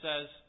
says